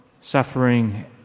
suffering